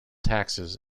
taxes